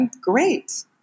great